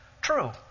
true